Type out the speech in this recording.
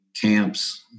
Camps